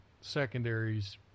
secondaries